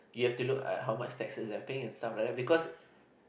you have to look at how much taxes they are paying and stuff like that because